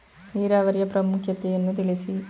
ನೀರಾವರಿಯ ಪ್ರಾಮುಖ್ಯತೆ ಯನ್ನು ತಿಳಿಸಿ?